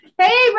Hey